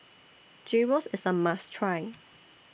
Gyros IS A must Try